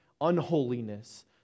unholiness